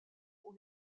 pour